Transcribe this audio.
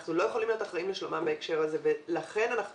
אנחנו לא יכולים להיות אחראים לשלומם בהקשר הזה,